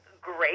great